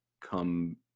come